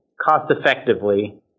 cost-effectively